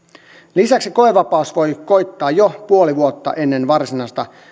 lisäksi koevapaus voi koittaa jo puoli vuotta ennen varsinaista